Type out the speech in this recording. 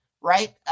Right